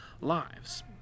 lives